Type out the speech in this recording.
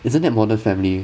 isn't that modern family